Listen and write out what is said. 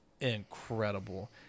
incredible